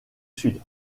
sud